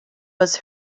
was